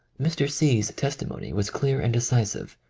mr. c. s testimony was clear and decisive.